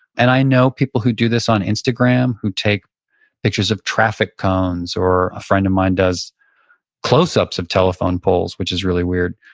and i know people who this on instagram who take pictures of traffic cones or a friend of mine does closeups of telephone poles, which is really weird.